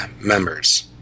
members